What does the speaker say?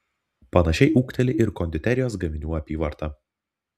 panašiai ūgteli ir konditerijos gaminių apyvarta